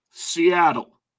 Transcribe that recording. Seattle